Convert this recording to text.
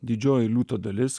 didžioji liūto dalis